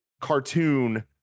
cartoon